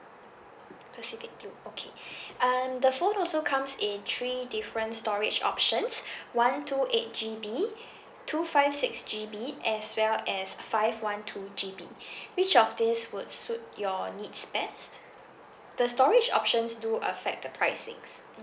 pacific blue okay um the phone also comes in three different storage options one two eight G_B two five six G_B as well as five one two G_B which of these would suit your needs best the storage options do affect the price six